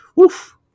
Oof